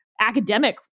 academic